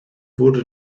wurde